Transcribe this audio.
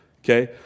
okay